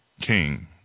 king